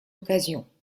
occasion